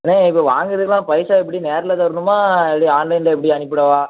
அண்ணே இப்போ வாங்கிறதுக்குலாம் பைசா எப்படி நேரில் தரணுமா எப்படி ஆன்லைனில் எப்படி அனுப்பிவிடவா